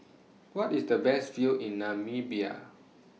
What IS The Best View in Namibia